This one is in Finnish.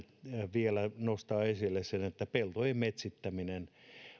vielä nostaa esille sen että peltojen metsittäminen